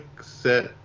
set